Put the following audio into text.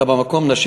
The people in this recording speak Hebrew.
תשלח.